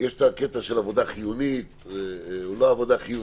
יש את הקטע של עבודה חיונית או לא עבודה חיונית,